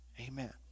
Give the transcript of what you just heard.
Amen